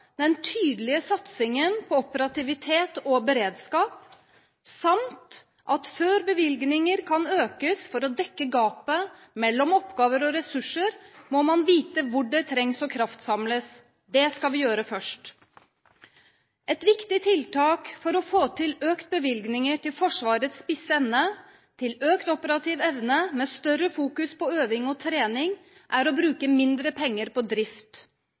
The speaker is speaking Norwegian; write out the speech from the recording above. den tydelige satsingen på operativitet og beredskap samt at før bevilgninger kan økes for å dekke gapet mellom oppgaver og ressurser, må man vite hvor det trengs en kraftsamling. Det skal vi gjøre først. Et viktig tiltak for å få til økte bevilgninger til Forsvarets spisse ende, til økt operativ evne med større fokusering på øving og trening, er å bruke mindre penger på drift.